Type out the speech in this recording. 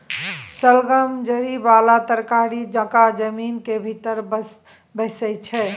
शलगम जरि बला तरकारी जकाँ जमीन केर भीतर बैसै छै